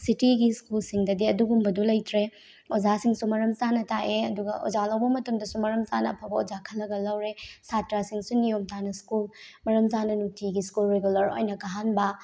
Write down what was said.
ꯁꯤꯇꯤꯒꯤ ꯁ꯭ꯀꯨꯜꯁꯤꯡꯗꯗꯤ ꯑꯗꯨꯒꯨꯝꯕꯗꯣ ꯂꯩꯇ꯭ꯔꯦ ꯑꯣꯖꯥꯁꯤꯡꯁꯨ ꯃꯔꯝ ꯆꯥꯅ ꯇꯥꯛꯑꯦ ꯑꯗꯨꯒ ꯑꯣꯖꯥ ꯂꯧꯕ ꯃꯇꯝꯗꯁꯨ ꯃꯔꯝ ꯆꯥꯅ ꯑꯐꯕ ꯑꯣꯖꯥ ꯈꯜꯂꯒ ꯂꯧꯔꯦ ꯁꯥꯠꯇ꯭ꯔꯁꯤꯡꯁꯤ ꯅꯤꯌꯣꯝ ꯇꯥꯅ ꯁ꯭ꯀꯨꯜ ꯃꯔꯝ ꯆꯥꯅ ꯅꯨꯡꯇꯤꯒꯤ ꯁ꯭ꯀꯨꯜ ꯔꯤꯒꯨꯂꯔ ꯑꯣꯏꯅ ꯀꯥꯍꯟꯕ